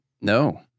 No